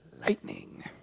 lightning